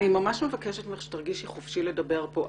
אני ממש שמבקשת ממך שתרגישי חופשי לדבר כאן.